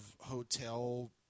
hotel